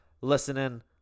listening